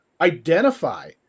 identify